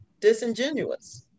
disingenuous